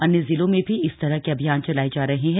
अन्य जिलों में भी इस तरह के अभियान चलाये जा रहे हैं